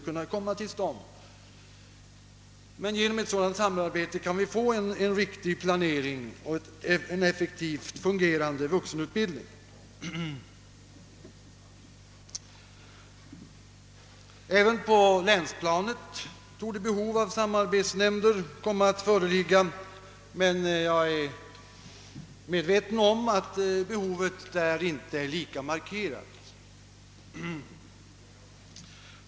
Genom ett sådant samarbete kan vi få en riktig planering och en effektivt fungerande vuxenutbildning. Även på länsplanet torde behov av samarbetsnämnder komma att föreligga, men jag är medveten om att behovet där inte är lika markerat.